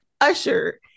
Usher